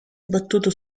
battuto